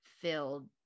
filled